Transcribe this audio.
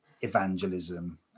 evangelism